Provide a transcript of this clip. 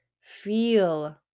Feel